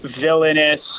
villainous